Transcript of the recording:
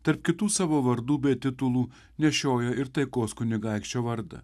tarp kitų savo vardų bei titulų nešioja ir taikos kunigaikščio vardą